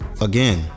Again